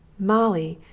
molly,